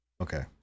Okay